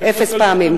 אפס פעמים.